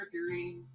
Mercury